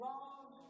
Love